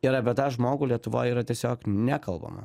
ir apie tą žmogų lietuvoj yra tiesiog nekalbama